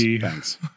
thanks